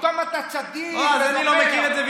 פתאום אתה צדיק, אני לא מכיר את זה.